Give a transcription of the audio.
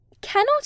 Cannot